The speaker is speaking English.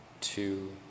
two